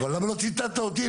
אבל למה לא ציטטת אותי?